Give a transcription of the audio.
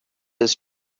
his